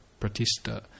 Pratista